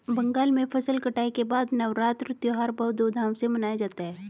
बंगाल में फसल कटाई के बाद नवान्न त्यौहार बहुत धूमधाम से मनाया जाता है